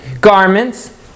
garments